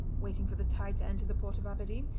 waiting for the tide to enter the port of aberdeen,